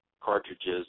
cartridges